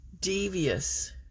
devious